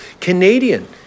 Canadian